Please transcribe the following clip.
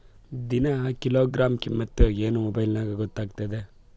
ದಿನಾ ಕಿಲೋಗ್ರಾಂ ಕಿಮ್ಮತ್ ಏನ್ ಮೊಬೈಲ್ ನ್ಯಾಗ ಗೊತ್ತಾಗತ್ತದೇನು?